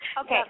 Okay